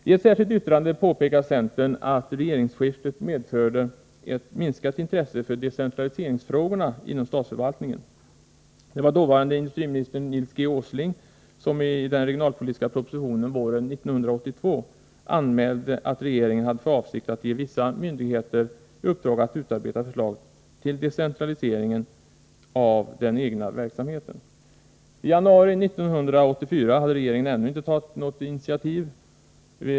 I ett särskilt yttrande påpekar centern att regeringsskiftet medförde ett minskat intresse inom statsförvaltningen för decentraliseringsfrågorna. Det var dåvarande industriministern, Nils G. Åsling, som med den regionalpolitiska propositionen våren 1982 anmälde att regeringen hade för avsikt att ge vissa myndigheter i uppdrag att utarbeta förslag till decentralisering av den egna verksamheten. I januari 1984 hade regeringen ännu inte tagit något initiativ.